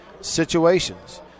situations